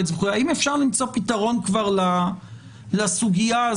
האם אפשר באופן מידתי להרחיב את המעגל הזה?